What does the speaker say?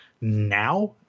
now